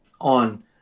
on